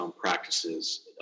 practices